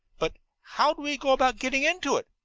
but how do we go about getting into it?